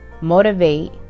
motivate